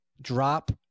Drop